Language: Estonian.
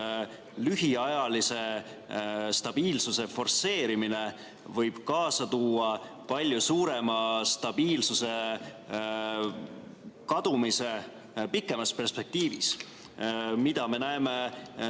lühiajalise stabiilsuse forsseerimine võib kaasa tuua palju suurema stabiilsuse kadumise pikemas perspektiivis. Seda me näeme